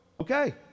okay